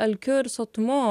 alkiu ir sotumu